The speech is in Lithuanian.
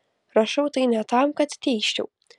rašau tai ne tam kad teisčiau